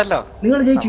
of the world